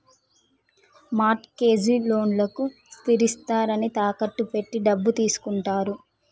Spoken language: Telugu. మార్ట్ గేజ్ లోన్లకు స్థిరాస్తిని తాకట్టు పెట్టి డబ్బు తీసుకుంటారు